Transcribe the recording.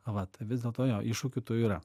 vat vis dėlto jo iššūkių tų yra